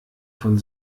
von